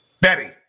Betty